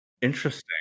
Interesting